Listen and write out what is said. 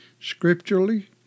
Scripturally